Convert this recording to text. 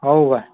हो काय